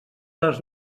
les